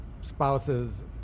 spouse's